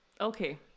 Okay